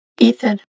Ethan